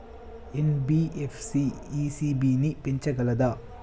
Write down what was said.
NBFC ECB ని పెంచగలదా?